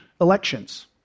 elections